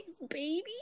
baby